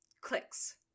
clicks